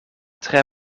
tre